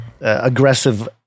aggressive